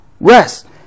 rest